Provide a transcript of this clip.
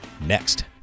next